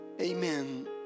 Amen